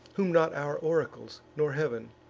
whom not our oracles, nor heav'n,